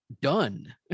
done